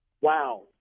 wow